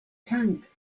tank